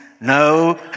No